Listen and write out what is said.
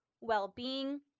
well-being